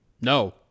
no